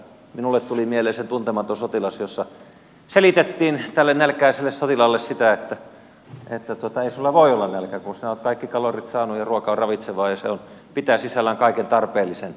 minulle tuli mieleen tuntematon sotilas jossa selitettiin nälkäiselle sotilaalle sitä että ei sinulla voi olla nälkä kun sinä olet kaikki kalorit saanut ja ruoka on ravitsevaa ja se pitää sisällään kaiken tarpeellisen